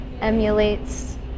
emulates